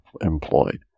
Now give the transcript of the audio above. employed